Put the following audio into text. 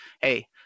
Hey